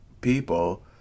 people